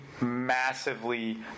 massively